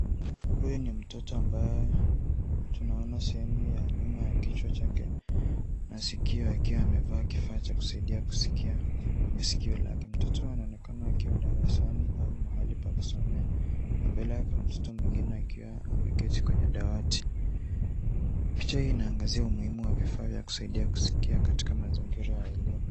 Huyu ni mtoto ambaye tunaona sehemu ya nyuma ya kichwa chake. Masikio yake yamevaa kifaa cha kusaidia kuskia kwenye sikio lake. Mtoto anaonekana akiwa darasani ama mahali pa kusomea, na mbele yake kuna mtoto mwingine akiwa ameketi kwenye dawati. Picha hii inaangazia umuhimu wa vifaa vya kusaidia kuskia katika mazingira ya elimu.